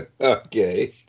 Okay